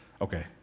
Okay